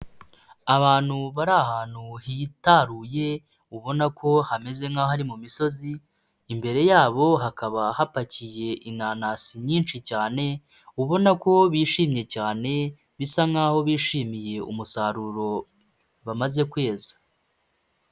Abantu bari ahantu hitaruye ubona ko hameze nk'aho ari mu misozi, imbere yabo hakaba hapakiye inanasi nyinshi cyane, ubona ko bishimye cyane bisa nk'aho bishimiye umusaruro bamaze kweza.